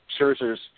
Scherzer's